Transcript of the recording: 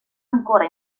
ancora